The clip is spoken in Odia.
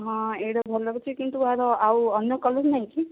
ହଁ ଏଇଟା ଭଲ ଲାଗୁଛି କିନ୍ତୁ ଏହାର ଆଉ ଅନ୍ୟ କଲର ନାହିଁ କି